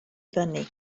fyny